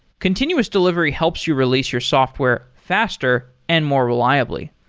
continuous delivery helps you release your software faster and more reliably.